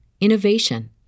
innovation